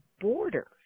border